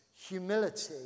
humility